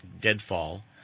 Deadfall